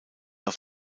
auf